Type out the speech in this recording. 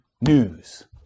news